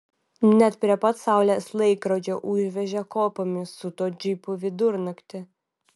net prie pat saulės laikrodžio užvežė kopomis su tuo džipu vidurnaktį